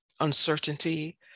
uncertainty